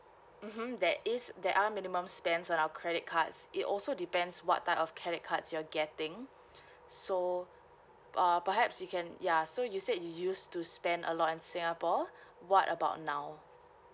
mmhmm there is there are minimum spend on our credit cards it also depends what type of credit cards you're getting so uh perhaps you can ya so you said you used to spend a lot in singapore what about now